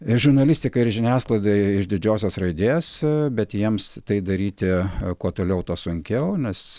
žurnalistiką ir žiniasklaidą iš didžiosios raidės bet jiems tai daryti kuo toliau tuo sunkiau nes